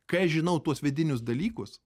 kai aš žinau tuos vidinius dalykus